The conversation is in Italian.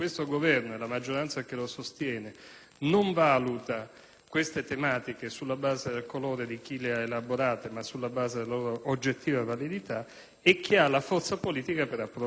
queste tematiche sulla base del colore di chi le ha elaborate, ma sulla base della loro oggettiva validità, e significa altresì che hanno la forza politica per approvarle. Forse è questo che segna la differenza rispetto al passato.